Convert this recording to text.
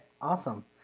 Awesome